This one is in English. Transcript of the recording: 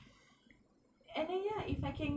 and then ya if I can